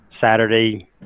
Saturday